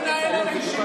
תראי מי מנהל את הישיבה,